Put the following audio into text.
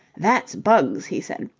that's bugs, he said.